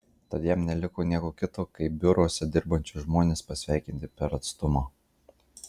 tad jam neliko nieko kito kaip biuruose dirbančius žmones pasveikinti per atstumą